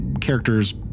character's